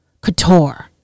couture